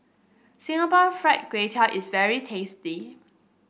Singapore Fried Kway Tiao is very tasty